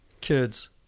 kids